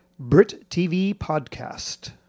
BritTVPodcast